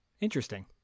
Interesting